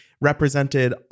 represented